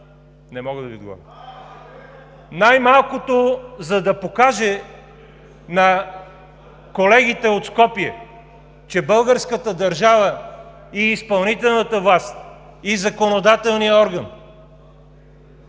(Шум и реплики.) Най-малкото, за да покаже на колегите от Скопие, че българската държава и изпълнителната власт, и законодателният орган